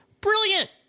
Brilliant